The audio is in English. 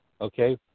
Okay